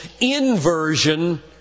inversion